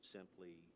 simply